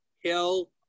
Hill